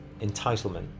entitlement